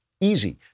Easy